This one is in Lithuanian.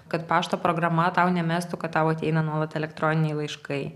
kad pašto programa tau nemestų kad tau ateina nuolat elektroniniai laiškai